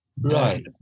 Right